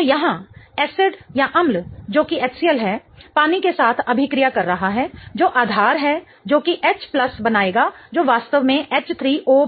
तो यहाँ एसिड अम्ल जो कि HCl है पानी के साथ अभिक्रिया कर रहा है जो आधार है जोकि H बनाएगा जो वास्तव में H3O